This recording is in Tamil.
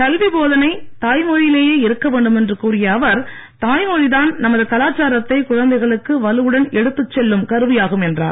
கல்வி போதனை தாய்மொழியிலேயே இருக்க வேண்டும் என்று கூறிய அவர் தாய் மொழி தான் நமது கலாச்சாரத்தை குழந்தைகளுக்கு வலுவுடன் எடுத்து சொல்லும் கருவியாகும் என்றார்